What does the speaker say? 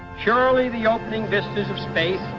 surely the opening vistas of space